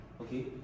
Okay